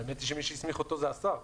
האמת, שמי שהסמיך אותו זה השר.